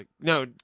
No